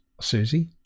Susie